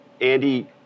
Andy